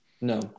no